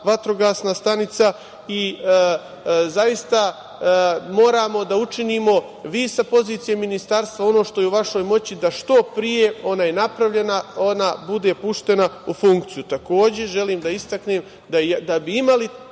vatrogasna stanica i zaista moramo da učinimo, vi sa pozicije Ministarstva, ono što je u vašoj moći, što pre, ona je napravljena, da ona bude puštena u funkciju. Takođe, želim da istaknem da bi imali